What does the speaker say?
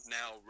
now